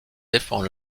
défend